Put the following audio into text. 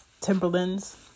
Timberlands